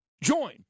Join